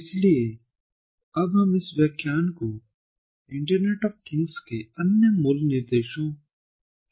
इसलिए अब हम इस व्याख्यान को इंटरनेट ऑफ थिंग्स के अन्य मूल निर्देशों के साथ जारी रखने जा रहे हैं